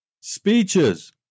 speeches